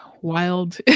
wild